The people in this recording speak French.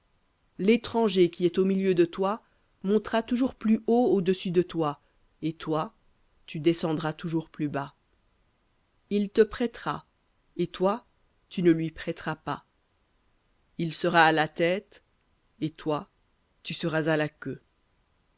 l'étranger qui est au milieu de toi montera toujours plus haut au-dessus de toi et toi tu descendras toujours plus bas il te prêtera et toi tu ne lui prêteras pas il sera à la tête et toi tu seras à la queue